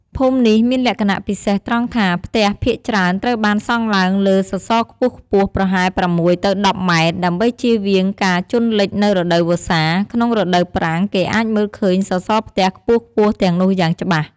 ភូមិនេះមានលក្ខណៈពិសេសត្រង់ថា ផ្ទះភាគច្រើនត្រូវបានសង់ឡើងលើសសរខ្ពស់ៗ ប្រហែល ៦ ទៅ ១០ ម៉ែត្រ ដើម្បីជៀសវាងការជន់លិចនៅរដូវវស្សា។ ក្នុងរដូវប្រាំង គេអាចមើលឃើញសសរផ្ទះខ្ពស់ៗទាំងនោះយ៉ាងច្បាស់។